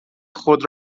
خود